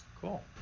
cool